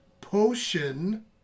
potion